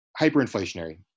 hyperinflationary